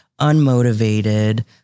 unmotivated